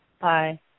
Bye